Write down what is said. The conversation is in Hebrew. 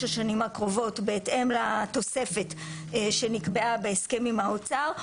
השנים הקרובות בהתאם לתוספת שנקבעה בהסכם עם האוצר,